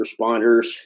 responders